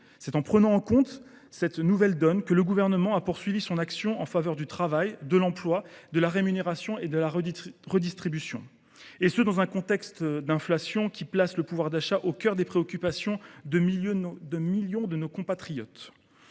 C’est en prenant en compte cette nouvelle donne que le Gouvernement a poursuivi son action en faveur du travail, de l’emploi, de la rémunération et de la redistribution, dans un contexte d’inflation qui place le pouvoir d’achat au cœur des préoccupations de millions de nos compatriotes.